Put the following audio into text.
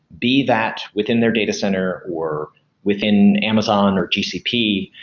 be that within their data center or within amazon or tcp,